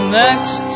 next